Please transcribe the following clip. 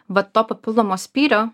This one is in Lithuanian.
vat to papildomo spyrio